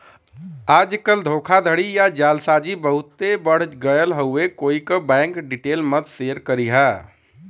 आजकल धोखाधड़ी या जालसाजी बहुते बढ़ गयल हउवे कोई क बैंक डिटेल मत शेयर करिहा